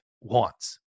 wants